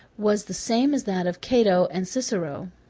was the same as that of cato and cicero.